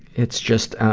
it's just,